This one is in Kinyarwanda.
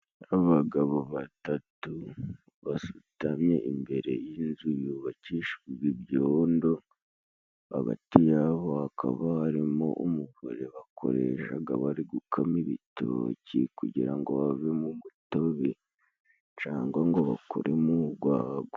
Abagabo batatu basutamye imbere y'inzu yubakishijwe ibyondo, hagati yabo hakaba harimo umuvure bakoreshaga bari gukama ibitoki, kugira ngo havemo umutobe cyangwa ngo bakoremo urwagwa.